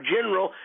General